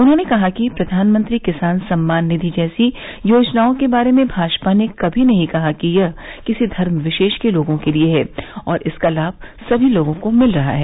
उन्होंने कहा कि प्रधानमंत्री किसान सम्मान निधि जैसी योजनाओं के बारे में भाजपा ने कभी नहीं कहा कि यह किसी धर्म विशेष के लोगों के लिए है और इसका लाभ सभी लोगों को मिल रहा है